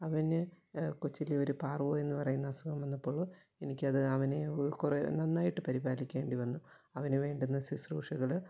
അവന് കൊച്ചിലെ ഒരു പാർവോ എന്ന് പറയുന്ന അസുഖം വന്നപ്പോൾ എനിക്കത് അവനെ കുറെ നന്നായിട്ട് പരിപാലിക്കേണ്ടി വന്നു അവനു വേണ്ടുന്ന ശുശ്രുഷകൾ